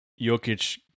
Jokic